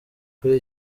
kuri